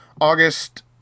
August